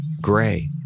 gray